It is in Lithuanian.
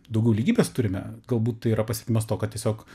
daugiau lygybės turime galbūt tai yra pasiekimas to kad tiesiog